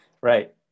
right